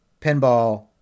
pinball